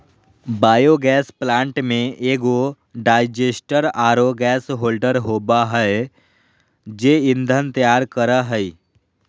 biogas plant में एगो digester आरो गैस होल्डर होबा है जे ईंधन तैयार करा हइ